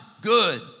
good